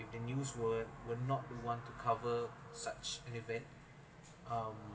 if the news were were not want to cover such an event um